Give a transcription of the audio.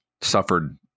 suffered